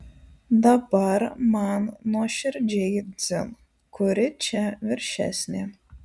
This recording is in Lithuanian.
dabar man nuoširdžiai dzin kuri čia viršesnė